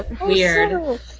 Weird